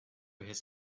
his